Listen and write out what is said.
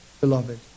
beloved